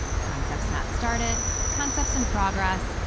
concepts not started, concepts in progress,